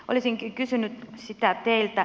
olisinkin kysynyt teiltä